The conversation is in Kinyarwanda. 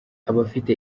abafite